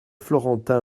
florentin